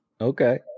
Okay